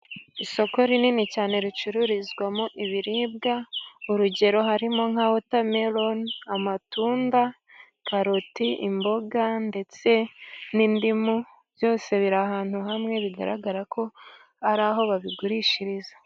Isoko rinini cyane ricururizwamo ibiribwa, urugero harimo nka wotameroni, amatunda, karoti, imboga, ndetse n'indimu, byose biri ahantu hamwe, bigaragara ko ari aho babigurishiriza.